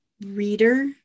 reader